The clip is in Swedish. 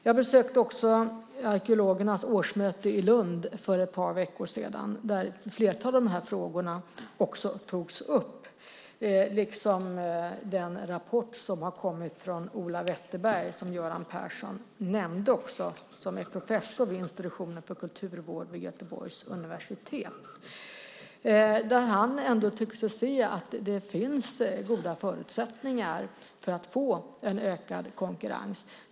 Jag besökte arkeologernas årsmöte i Lund för ett par veckor sedan. Där togs ett flertal av dessa frågor upp, liksom den rapport som kommit från Ola Wetterberg, som Göran Persson också nämnde. Wetterberg är professor vid Institutionen för kulturvård vid Göteborgs universitet. Han tyckte sig se att det finns goda förutsättningar för att få en ökad konkurrens.